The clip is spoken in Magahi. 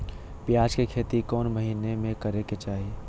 प्याज के खेती कौन महीना में करेके चाही?